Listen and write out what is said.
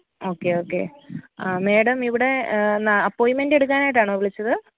okay okay ആ madam ഇവിടെ നാ അപ്പോയിന്മെന്റ് എടുക്കാനായിട്ടാണോ വിളിച്ചത്